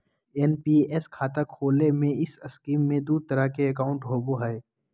NPS खाता खोले में इस स्कीम में दू तरह के अकाउंट होबो हइ